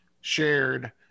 shared